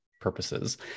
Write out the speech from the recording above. purposes